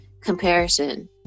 comparison